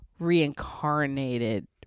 reincarnated